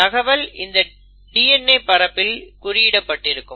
தகவல் இந்த DNA பரப்பில் குறிப்பிடப்பட்டிருக்கும்